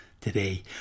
Today